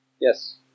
Yes